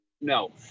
No